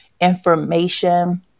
information